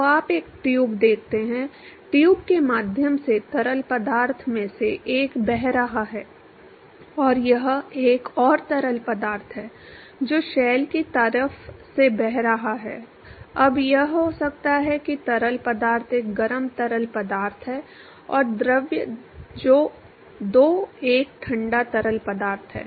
तो आप एक ट्यूब देखते हैं ट्यूब के माध्यम से तरल पदार्थ में से एक बह रहा है और यह एक और तरल पदार्थ है जो शेल की तरफ से बह रहा है अब यह हो सकता है कि तरल पदार्थ एक गर्म तरल पदार्थ है और द्रव दो एक ठंडा तरल पदार्थ है